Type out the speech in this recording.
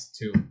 two